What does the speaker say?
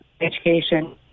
education